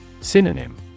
Synonym